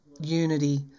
unity